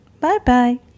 Bye-bye